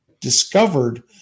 discovered